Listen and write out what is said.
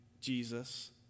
Jesus